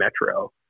Metro